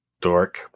Dork